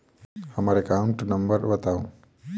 हम्मर account number बताऊ?